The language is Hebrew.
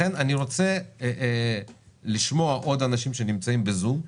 לכן אני רוצה לשמוע עוד אנשים שנמצאים בזום,